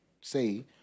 say